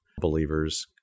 believers